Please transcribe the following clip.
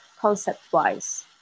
concept-wise